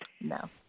No